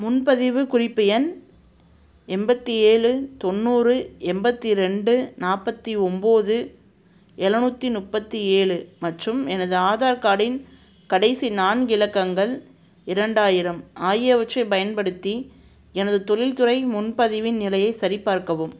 முன்பதிவு குறிப்பு எண் எண்பத்தி ஏழு தொண்ணூறு எண்பத்தி ரெண்டு நாற்பத்தி ஒன்போது எழுநூற்றீ முப்பத்தி ஏழு மற்றும் எனது ஆதார் கார்டின் கடைசி நான்கு இலக்கங்கள் இரண்டாயிரம் ஆகியவற்றை பயன்படுத்தி எனது தொழில்துறை முன்பதிவின் நிலையைச் சரிபார்க்கவும்